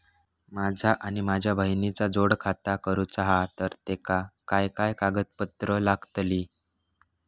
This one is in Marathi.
माझा आणि माझ्या बहिणीचा जोड खाता करूचा हा तर तेका काय काय कागदपत्र लागतली?